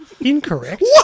incorrect